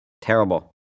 Terrible